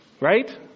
Right